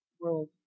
world